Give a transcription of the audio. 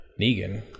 Negan